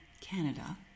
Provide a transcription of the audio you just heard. Canada